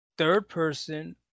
third-person